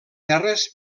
terres